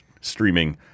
streaming